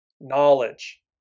knowledge